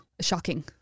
Shocking